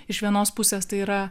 iš vienos pusės tai yra